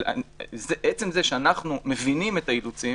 עצם זה שאנחנו מבינים את האילוצים,